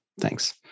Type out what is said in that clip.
Thanks